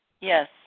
Yes